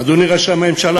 אדוני ראש הממשלה,